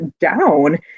down